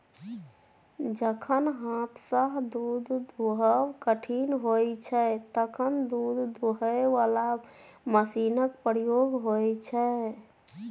जखन हाथसँ दुध दुहब कठिन होइ छै तखन दुध दुहय बला मशीनक प्रयोग होइ छै